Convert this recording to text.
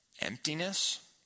emptiness